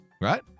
Right